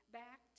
back